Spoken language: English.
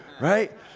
right